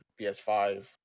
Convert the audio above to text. PS5